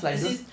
as in